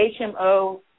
HMO